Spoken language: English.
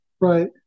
Right